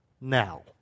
now